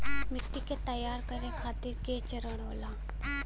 मिट्टी के तैयार करें खातिर के चरण होला?